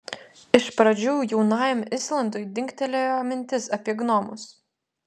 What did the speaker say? iš pradžių jaunajam islandui dingtelėjo mintis apie gnomus